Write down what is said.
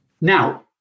Now